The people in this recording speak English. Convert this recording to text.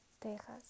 Texas